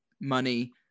money